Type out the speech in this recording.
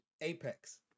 Apex